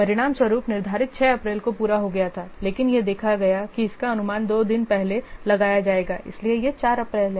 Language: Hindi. परिणामस्वरूप निर्धारित 6 अप्रैल को पूरा हो गया था लेकिन यह देखा गया कि इसका अनुमान 2 दिन पहले लगाया जाएगा इसलिए यह 4 अप्रैल है